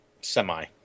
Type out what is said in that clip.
semi